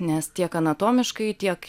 nes tiek anatomiškai tiek